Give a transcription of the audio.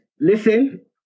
listen